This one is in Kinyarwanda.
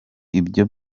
ibyo